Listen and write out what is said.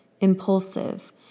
impulsive